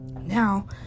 Now